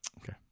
Okay